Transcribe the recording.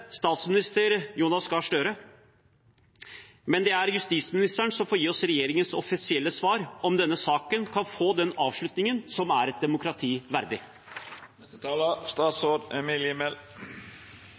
statsminister Jonas Gahr Støre, men det er justisministeren som får gi oss regjeringens offisielle svar på om denne saken kan få den avslutningen som er et demokrati verdig.